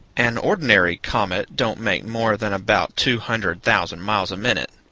an ordinary comet don't make more than about two hundred thousand miles a minute.